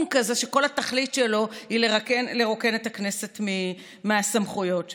כזה שכל התכלית שלו היא לרוקן את הכנסת מהסמכויות שלה.